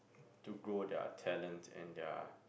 to grow their talent and their